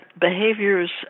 behaviors